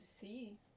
see